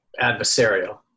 adversarial